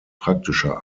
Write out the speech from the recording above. praktischer